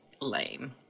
lame